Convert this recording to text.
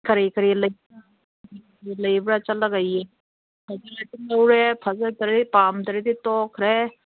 ꯀꯔꯤ ꯀꯔꯤ ꯂꯩꯕ꯭ꯔꯥ ꯂꯩꯕ꯭ꯔ ꯆꯠꯂꯒ ꯌꯦꯡ ꯐꯖꯔꯗꯤ ꯂꯧꯔꯦ ꯐꯖꯗ꯭ꯔꯗꯤ ꯄꯥꯝꯗ꯭ꯔꯗꯤ ꯇꯣꯛꯈ꯭ꯔꯦ